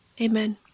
Amen